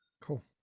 Cool